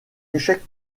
échec